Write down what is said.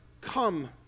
come